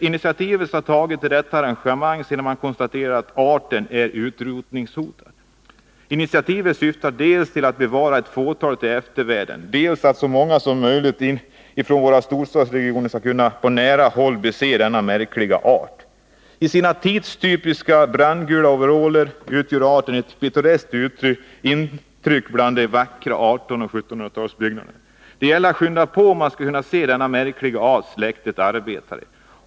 Initiativet har tagits till detta arrangemang, sedan man konstaterat att arten är utrotningshotad. Initiativet syftar dels till att bevara ett fåtal till eftervärlden, dels att så många som möjligt ifrån våra storstadsregioner skall kunna på nära håll bese denna märkliga art. I sina tidstypiska brandgula overaller utgör arten ett pittoreskt intryck bland de vackra 1800 och 1700-talsbyggnaderna. Det gäller att skynda på om man skall hinna bese denna märkliga art av släktet arbetare.